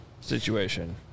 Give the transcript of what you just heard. situation